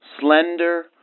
slender